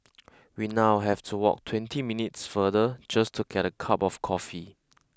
we now have to walk twenty minutes farther just to get a cup of coffee